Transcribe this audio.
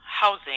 housing